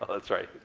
ah that's right.